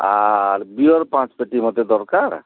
ଆର୍ beer ପାଞ୍ଚ ପେଟି ମୋତେ ଦରକାର